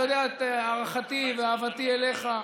אתה יודע את הערכתי ואהבתי אליך.